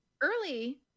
early